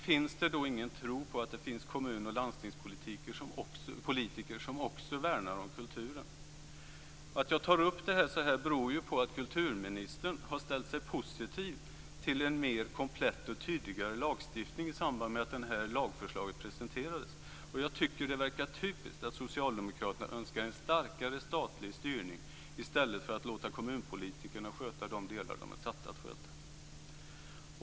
Finns det då ingen tro på att det finns kommun och landstingspolitiker som också värnar om kulturen? Att jag tar upp det här så här beror på att kulturministern ställde sig positiv till en mer komplett och tydligare lagstiftning i samband med att det här lagförslaget presenterades. Och jag tycker att det verkar typiskt att socialdemokraterna önskar en starkare statlig styrning i stället för att låta kommunpolitikerna sköta de delar de är satta att sköta.